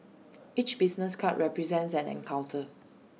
each business card represents an encounter